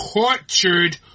tortured